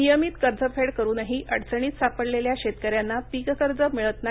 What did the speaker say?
नियमित कर्जफेड करूनही अडचणीत सापडलेल्या शेतक यांना पीक कर्ज मिळत नाही